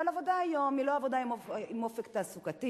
אבל העבודה היום היא לא עבודה עם אופק תעסוקתי,